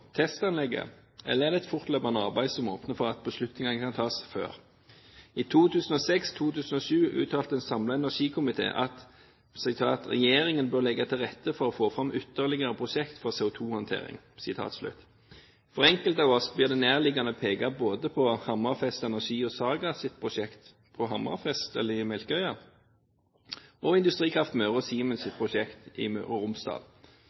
testanlegget, eller er det et fortløpende arbeid som åpner for at beslutningen kan tas før? I Innst. S. nr. 205 for 2006–2007 uttalte en samlet energikomité at regjeringen bør «legge til rette for å få frem ytterligere prosjekter for CO2-håndtering». For enkelte av oss blir det nærliggende å peke på både Hammerfest Energi og Sargas’ prosjekt på Melkøya og på Industrikraft Møre og Siemens' prosjekt i Møre og Romsdal.